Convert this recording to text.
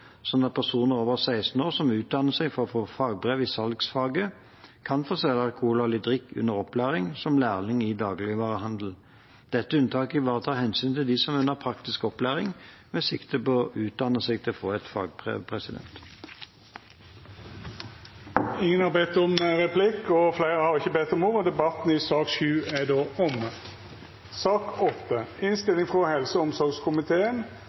at personer over 16 år som utdanner seg for å få fagbrev i salgsfaget, kan få selge alkoholholdig drikk under opplæring som lærling i dagligvarehandelen. Dette unntaket ivaretar hensynet til dem som er under praktisk opplæring med sikte på å utdanne seg til å få et fagbrev. Fleire har ikkje bedt om ordet til sak nr. 7. Etter ønske frå helse- og omsorgskomiteen vil presidenten ordna debatten slik: 3 minutt til kvar partigruppe og